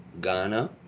Ghana